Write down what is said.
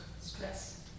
Stress